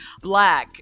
black